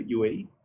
UAE